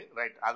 right